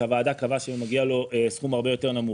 כשהוועדה קבעה שמגיע לו סכום הרבה יותר נמוך.